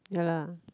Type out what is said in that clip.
ya lah